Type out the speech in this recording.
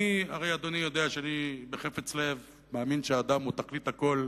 הרי אדוני יודע שאני בחפץ-לב מאמין שהאדם הוא תכלית הכול,